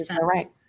right